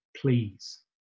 please